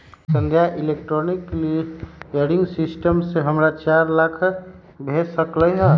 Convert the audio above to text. संध्या electronic clearing system से हमरा चार लाख भेज लकई ह